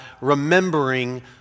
remembering